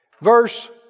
Verse